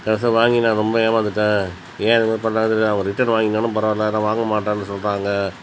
கடைசில வாங்கி நான் ரொம்ப ஏமாந்துவிட்டேன் ஏன் இது மாரி பண்றாங்கன்னு தெரில அவங்க ரிட்டன் வாங்கினாலும் பரவாயில்ல ஆனால் வாங்க மாட்டேனு சொல்கிறாங்க